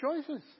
choices